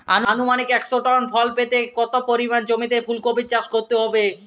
আনুমানিক একশো টন ফলন পেতে কত পরিমাণ জমিতে ফুলকপির চাষ করতে হবে?